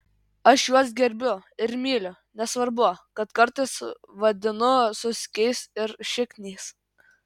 aš juos gerbiu ir myliu nesvarbu kad kartais vadinu suskiais ir šikniais